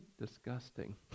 disgusting